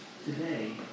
Today